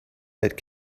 that